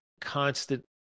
constant